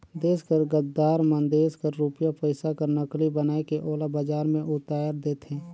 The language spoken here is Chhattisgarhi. देस कर गद्दार मन देस कर रूपिया पइसा कर नकली बनाए के ओला बजार में उताएर देथे